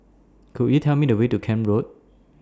Could YOU Tell Me The Way to Camp Road